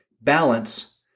balance